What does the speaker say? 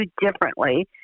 differently